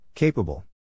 Capable